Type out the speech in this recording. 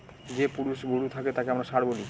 যে পুরুষ গরু থাকে তাকে আমরা ষাঁড় বলি